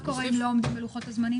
מה קורה אם לא עומדים בלוחות הזמנים?